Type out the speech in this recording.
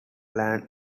lands